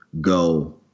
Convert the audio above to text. go